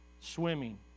swimming